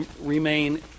remain